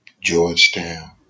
Georgetown